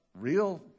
real